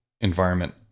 environment